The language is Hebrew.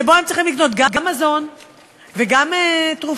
שבו הם צריכים לקנות גם מזון וגם תרופות,